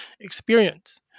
experience